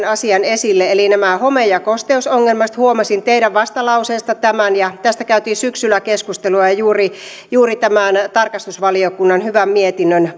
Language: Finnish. asian esille eli nämä home ja kosteusongelmat huomasin teidän vastalauseestanne tämän ja tästä käytiin syksyllä keskustelua juuri juuri tämän tarkastusvaliokunnan hyvän mietinnön